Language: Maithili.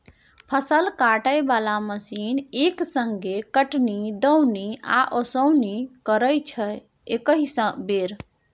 फसल काटय बला मशीन एक संगे कटनी, दौनी आ ओसौनी करय छै एकहि बेर